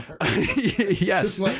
Yes